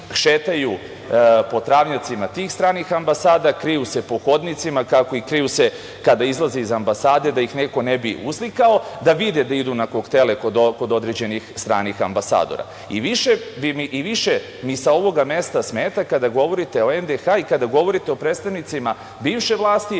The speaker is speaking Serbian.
šetaju po travnjacima tih stranih ambasada, kriju se po hodnicima, kriju se kada izlaze iz ambasade da ih neko ne bi uslikao i da vide kako idu na koktele kod određenih stranih ambasadora. Više mi sa ovoga mesta smeta kada govorite o NDH i kada govorite o predstavnicima bivše vlasti